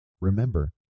Remember